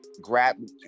grab